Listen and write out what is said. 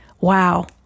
Wow